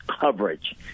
coverage